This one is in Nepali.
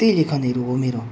त्यही लेखनहरू हो मेरो